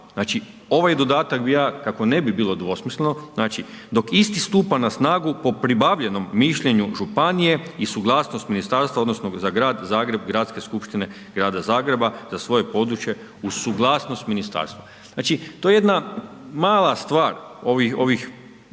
ovaj dodatak bi ja kako ne bi bilo dvosmisleno, znači dok isti stupa na snagu, po pribavljenom mišljenju županije i suglasnost ministarstva odnosno za grad Zagreb Gradske skupštine grada Zagreba za svoje područje uz suglasnost ministarstva. Znači to je jedna mala stvar ovih 3, 4 riječi.